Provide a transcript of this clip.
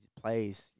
plays